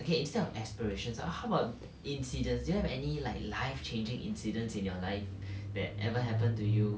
okay instead of aspirations or how about incidents do you have any like life changing incidents in your life that ever happen to you